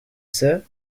sir